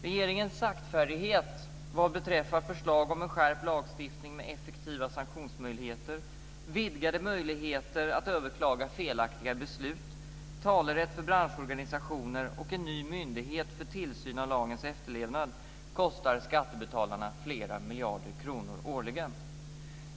Regeringens saktfärdighet vad beträffar förslag om en skärpt lagstiftning med effektiva sanktionsmöjligheter, vidgade möjligheter att överklaga felaktiga beslut, talerätt för branschorganisationer och en ny myndighet för tillsyn av lagens efterlevnad kostar skattebetalarna flera miljarder kronor årligen.